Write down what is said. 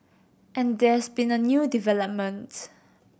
and there's been a new development